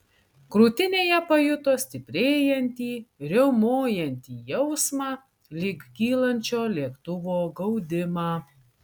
krūtinėje pajuto stiprėjantį riaumojantį jausmą lyg kylančio lėktuvo gaudimą